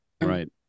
right